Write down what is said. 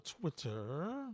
Twitter